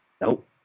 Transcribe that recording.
Nope